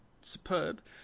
superb